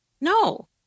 No